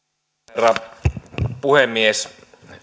puhemies